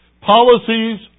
Policies